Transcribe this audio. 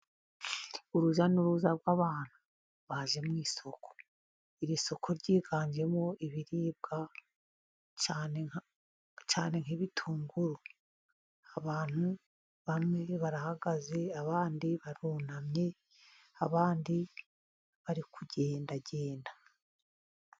Urujya n'uruza rw' abantu baje mu isoko. Iri soko ryiganjemo ibiribwa, cyane nk'ibitunguru. Abantu bamwe barahagaze, abandi barunamye, abandi bari kugendagenda.